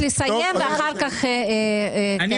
אני מבקשת לסיים את דבריי.